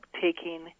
taking